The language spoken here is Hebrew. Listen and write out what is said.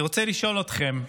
אני רוצה לשאול אתכם: